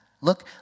Look